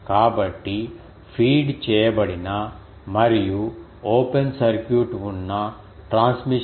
కాబట్టి ఫీడ్ చేయబడిన మరియు ఓపెన్ సర్క్యూట్ ఉన్న ట్రాన్స్మిషన్ లైన్ చూద్దాం